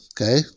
Okay